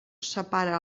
separa